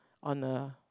on a